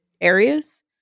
areas